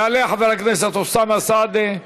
יעלה חבר הכנסת אוסאמה סעדי,